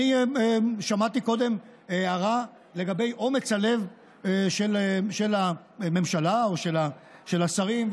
שמעתי קודם הערה לגבי אומץ הלב של הממשלה או של השרים.